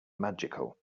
magical